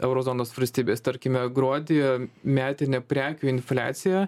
euro zonos valstybės tarkime gruodį metinė prekių infliacija